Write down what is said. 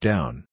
Down